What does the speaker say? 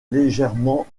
légèrement